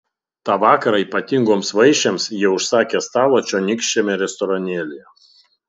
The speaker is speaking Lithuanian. tą vakarą ypatingoms vaišėms jie užsakė stalą čionykščiame restoranėlyje